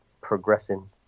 progressing